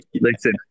listen